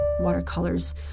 watercolors